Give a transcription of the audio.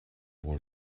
wohl